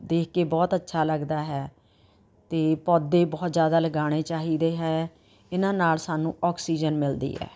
ਦੇਖ ਕੇ ਬਹੁਤ ਅੱਛਾ ਲੱਗਦਾ ਹੈ ਅਤੇ ਪੌਦੇ ਬਹੁਤ ਜ਼ਿਆਦਾ ਲਗਾਉਣੇ ਚਾਹੀਦੇ ਹੈ ਇਨ੍ਹਾਂ ਨਾਲ਼ ਸਾਨੂੰ ਆਕਸੀਜਨ ਮਿਲਦੀ ਹੈ